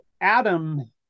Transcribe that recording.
Adam